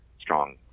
strong